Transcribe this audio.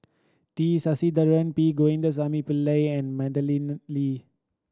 T Sasitharan P Govindasamy Pillai and Madeleine Lee